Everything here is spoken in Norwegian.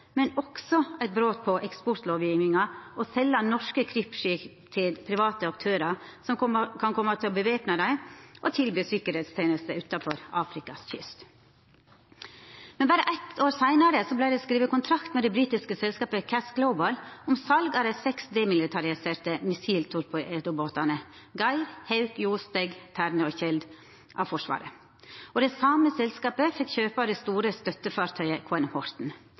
men også eit brot på eksportlovgjevinga å selja norske krigsskip til private aktørar som kunne koma til å væpna dei og tilby sikkerheitstenester utanfor kysten av Afrika. Men berre eitt år seinare vart det skrive kontrakt med det britiske selskapet CAS Global om sal av dei seks demilitariserte missiltorpedobåtane «Geir», «Hauk», «Jo», «Stegg», «Terne» og «Tjeld» av Forsvaret. Det same selskapet fekk kjøpa det store støttefartøyet